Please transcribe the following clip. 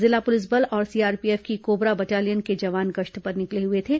जिला पुलिस बल और सीआरपीएफ की कोबरा बटालियन के जवान गश्त पर निकले हुए थे